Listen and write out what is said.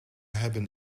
hebben